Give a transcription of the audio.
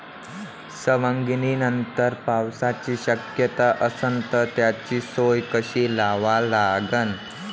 सवंगनीनंतर पावसाची शक्यता असन त त्याची सोय कशी लावा लागन?